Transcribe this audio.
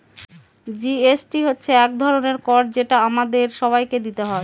GST হচ্ছে এক ধরনের কর যেটা আমাদের সবাইকে দিতে হয়